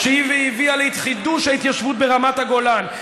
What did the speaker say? היא שהביאה לחידוש ההתיישבות ברמת הגולן,